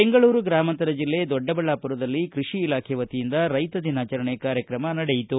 ಬೆಂಗಳೂರು ಗ್ರಾಮಾಂತರ ಜಿಲ್ಲೆ ದೊಡ್ಡಬಳ್ಳಾಪುರದಲ್ಲಿ ಕೃಷಿ ಇಲಾಖೆ ವತಿಯಿಂದ ರೈತ ದಿನಾಚರಣೆ ಕಾರ್ಯಕ್ರಮ ನಡೆಯಿತು